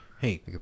Hey